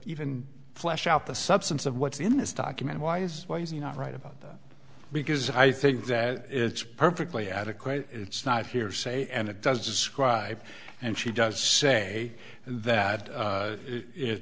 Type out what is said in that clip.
even flesh out the substance of what's in this document why is why is he not right about that because i think that it's perfectly adequate it's not hearsay and it does describe and she does say that